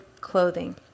clothing